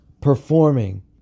performing